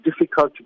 difficult